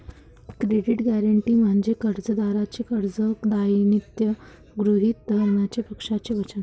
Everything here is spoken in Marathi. क्रेडिट गॅरंटी म्हणजे कर्जदाराचे कर्ज दायित्व गृहीत धरण्याचे पक्षाचे वचन